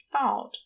out